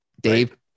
Dave